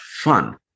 fun